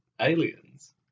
aliens